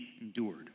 endured